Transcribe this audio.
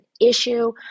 issue